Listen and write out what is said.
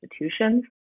institutions